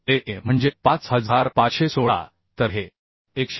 ले a म्हणजे 5516 तर हे 127